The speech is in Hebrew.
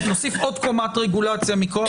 יאמר שמועמד לבחירות מקדימות בפריימריז מקבל מימון ציבורי,